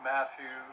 Matthew